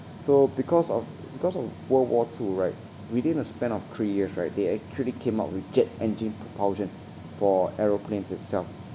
so because of because of world war two right within a span of three years right they actually came up with jet engine propulsion for aeroplanes itself